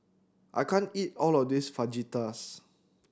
I can't eat all of this Fajitas